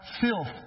filth